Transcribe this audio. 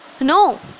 No